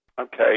Okay